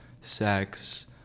sex